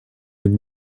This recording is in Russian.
быть